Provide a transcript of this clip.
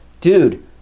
dude